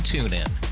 TuneIn